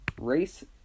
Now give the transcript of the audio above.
race